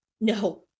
no